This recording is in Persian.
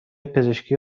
پزشکی